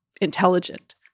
intelligent